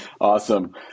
awesome